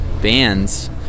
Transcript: bands